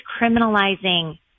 criminalizing